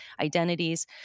identities